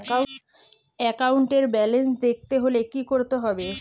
একাউন্টের ব্যালান্স দেখতে হলে কি করতে হবে?